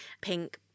pink